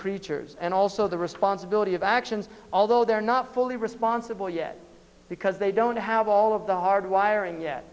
creatures and also the responsibility of actions although they're not fully responsible yet because they don't have all of the hardwiring yet